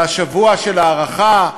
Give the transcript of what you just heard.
והשבוע של ההארכה,